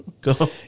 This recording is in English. Go